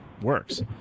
works